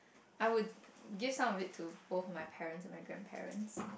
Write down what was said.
I would give some of it to both of my parents and my grandparents